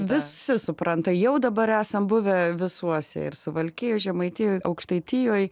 visi supranta jau dabar esam buvę visuose ir suvalkijoj žemaitijoj aukštaitijoj